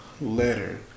letter